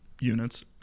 units